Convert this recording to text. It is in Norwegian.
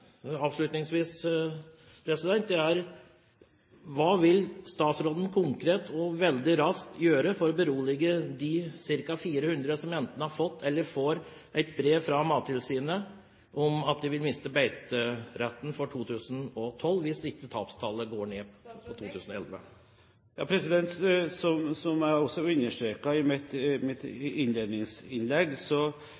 berolige de ca. 400 som enten har fått eller får et brev fra Mattilsynet om at de vil miste beiteretten for 2012 hvis ikke tapstallene går ned for 2011? Som jeg understreket i mitt innledningsinnlegg, er jeg i stor grad enig i